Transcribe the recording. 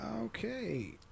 Okay